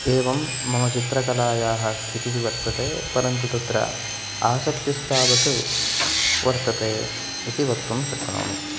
एवं मम चित्रकलायाः स्थितिः वर्तते परन्तु तत्र आसक्तिस्तावत् वर्तते इति वक्तुं शक्नोमि